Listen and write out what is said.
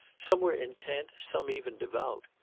some were intent, some even devout.